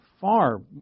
far